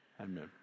Amen